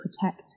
protect